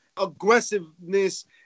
Aggressiveness